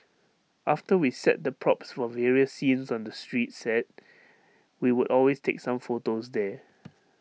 after we set the props for various scenes on the street set we would always take some photos there